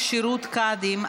כשירות קאדים),